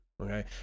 Okay